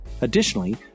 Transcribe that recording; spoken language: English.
Additionally